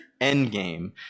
Endgame